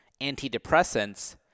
Antidepressants